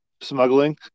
smuggling